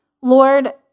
Lord